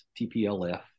TPLF